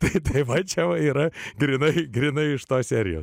taisyti tačiau yra grynai grynai iš tos serijos